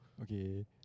Okay